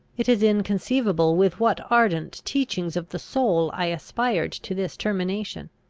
it is inconceivable with what ardent teachings of the soul i aspired to this termination.